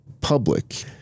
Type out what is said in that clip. public